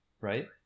right